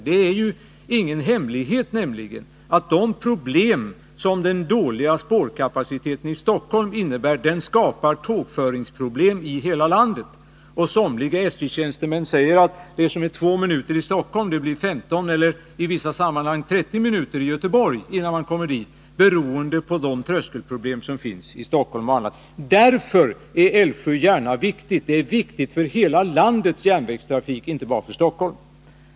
Det är ju ingen hemlighet att de problem som den dåliga spårkapaciteten i Stockholm innebär skapar tågföringsproblem i hela landet. Somliga SJ-tjänstemän säger att det som är 2 minuters försening i Stockholm blir 15 minuter eller i vissa sammanhang 30 minuter i Göteborg, innan man kommer dit, bl.a. beroende på de tröskelproblem som finns i Stockholm. Därför är dubbelspåret Älvsjö-Järna viktigt. Det är viktigt för hela landets järnvägstrafik — inte bara för Stockholm.